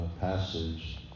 passage